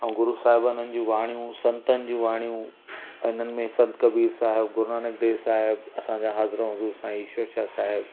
ऐं गुरुसाहिबनि जूं वाणियूं संतननि जूं वाणियूं इन्हनि में संत कबीर साहिबु गुरु नानक देव साहिबु असांजो हाज़रो हज़ूरु साईं ईश्वर शाह साहिबु